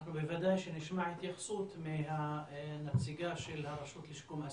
אנחנו בוודאי נשמע התייחסות מהנציגה של הרשות לשיקום אסירים.